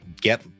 get